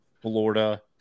Florida